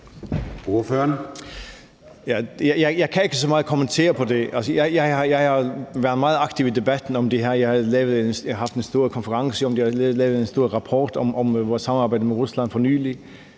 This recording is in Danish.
Jeg kan ikke kommentere så meget på det. Jeg har været meget aktiv i debatten om det her. Jeg har haft en stor konference om det, jeg har lavet en stor rapport om vores samarbejde med Rusland for nylig.